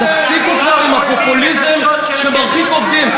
תפסיקו כבר עם הפופוליזם שמרחיק עובדים.